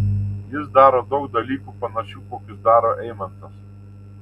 jis daro daug dalykų panašių kokius daro eimantas